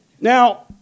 Now